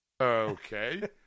okay